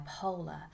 bipolar